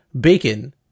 bacon